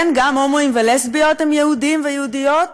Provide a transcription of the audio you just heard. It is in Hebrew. כן, גם הומואים ולסביות הם יהודים ויהודיות,